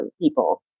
people